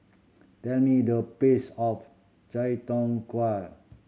tell me the price of Chai Tow Kuay